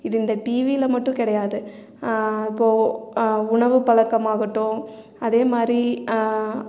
இது இந்த டிவியில மட்டும் கிடையாது இப்போ உணவு பழக்கமாகட்டும் அதே மாரி